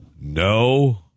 no